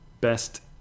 best